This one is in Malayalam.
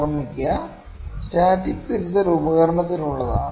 ഓർമ്മിക്കുക സ്റ്റാറ്റിക് തിരുത്തൽ ഉപകരണത്തിനുള്ളതാണ്